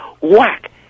whack